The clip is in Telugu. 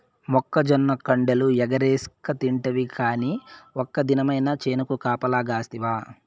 మొక్కజొన్న కండెలు ఎగరేస్కతింటివి కానీ ఒక్క దినమైన చేనుకు కాపలగాస్తివా